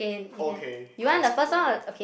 okay I will speak louder